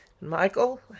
Michael